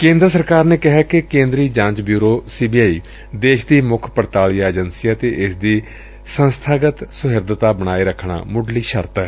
ਕੇਂਦਰ ਸਰਕਾਰ ਨੇ ਕਿਹੈ ਕਿ ਕੇਂਦਰੀ ਜਾਂਚ ਬਿਉਰੋ ਸੀ ਬੀ ਆਈ ਦੇਸ਼ ਦੀ ਮੁੱਖ ਪੜਤਾਲੀਆ ਏਜੰਸੀ ਏ ਅਤੇ ਇਸ ਦੀ ਸੰਸਬਾਗਤ ਸ਼ਹਿਰਦਤਾ ਬਣਾਏ ਰੱਖਣਾ ਮੁੱਢਲੀ ਸ਼ਰਤ ਏ